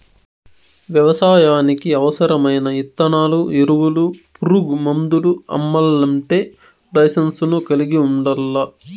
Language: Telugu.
వ్యవసాయానికి అవసరమైన ఇత్తనాలు, ఎరువులు, పురుగు మందులు అమ్మల్లంటే లైసెన్సును కలిగి ఉండల్లా